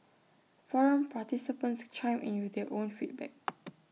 forum participants chimed in with their own feedback